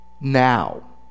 Now